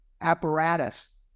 apparatus